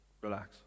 relax